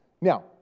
Now